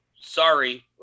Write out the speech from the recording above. Sorry